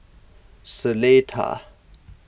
Seletar